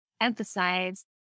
emphasize